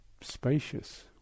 spacious